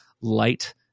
light